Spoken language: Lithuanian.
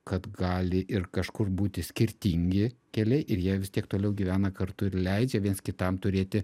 kad gali ir kažkur būti skirtingi keliai ir jie vis tiek toliau gyvena kartu ir leidžia viens kitam turėti